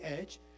edge